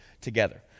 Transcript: together